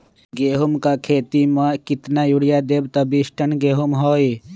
गेंहू क खेती म केतना यूरिया देब त बिस टन गेहूं होई?